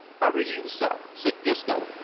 arter you, sir, said disco,